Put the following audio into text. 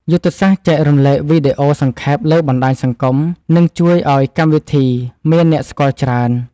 យុទ្ធសាស្ត្រចែករំលែកវីដេអូសង្ខេបលើបណ្ដាញសង្គមនឹងជួយឱ្យកម្មវិធីមានអ្នកស្គាល់ច្រើន។